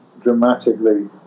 dramatically